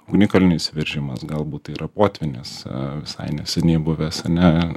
ugnikalnio išsiveržimas galbūt tai yra potvynis visai neseniai buvęs ane